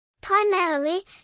Primarily